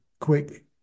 quick